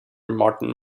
martin